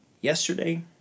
yesterday